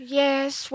yes